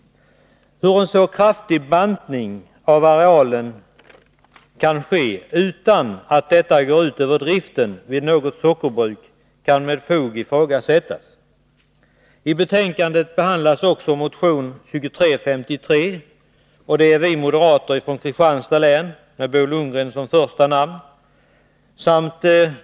Hur en så kraftig bantning av arealen kan ske utan att detta går ut över driften vid något sockerbruk kan med fog ifrågasättas. I betänkandet behandlas också motion 2353, som vi moderater från Kristanstads län med Bo Lundgren som första namn har väckt.